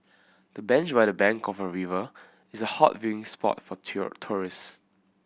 the bench by the bank of the river is a hot viewing spot for tourist